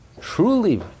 truly